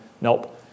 nope